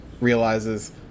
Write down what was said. realizes